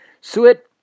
suet